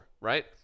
right